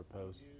posts